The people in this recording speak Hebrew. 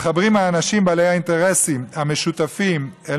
מתחברים האנשים בעלי האינטרסים המשותפים אל